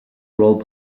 role